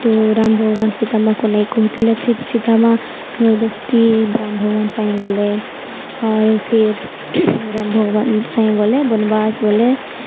ତ ରାମ ଭଗବାନ ସୀତା ମା'କୁ ନେଇ କହୁଥିଲେ ଫିର୍ ସୀତା ମା' ଜବରଦସ୍ତି ରାମ ଭଗବାନ ସାଙ୍ଗେ ଗଲେ ଆରୁ ଫେର୍ ରାମ ଭଗବାନ ସାଙ୍ଗ ଗଲେ ବନବାସ ଗଲେ